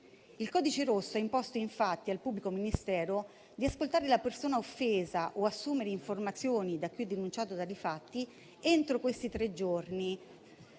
Il codice rosso ha imposto infatti al pubblico ministero di ascoltare la persona offesa o assumere informazioni da chi ha denunciato tali fatti entro tre giorni.